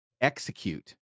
execute